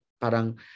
Parang